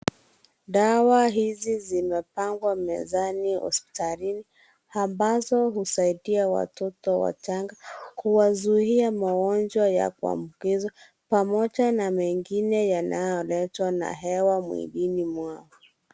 Dawa hizi zimepangwa mezani hospitalini ambazo husaidia watoto wachanga kuwazuia magonjwa ya kuambukizwa, pamoja na mengine yanayoletwa na hewa mwilini mwao.